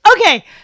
okay